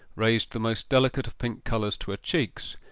raised the most delicate of pink colours to her cheeks,